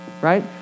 right